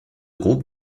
groupe